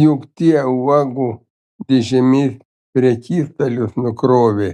juk tie uogų dėžėmis prekystalius nukrovę